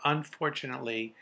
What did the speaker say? Unfortunately